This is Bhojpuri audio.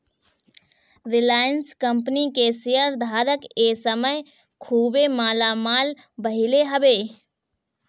रिलाएंस कंपनी के शेयर धारक ए समय खुबे मालामाल भईले हवे